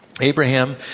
Abraham